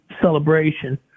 celebration